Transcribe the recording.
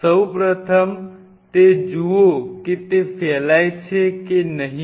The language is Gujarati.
સૌ પ્રથમ તે જુઓ કે તે ફેલાય છે કે નહીં